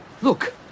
look